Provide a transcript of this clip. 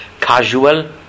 casual